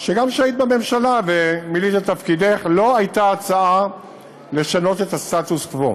שגם כשהיית בממשלה ומילאת את תפקידך לא הייתה הצעה לשנות את הסטטוס-קוו.